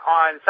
on